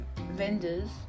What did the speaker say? vendors